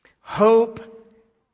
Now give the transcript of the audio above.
Hope